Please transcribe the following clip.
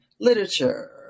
literature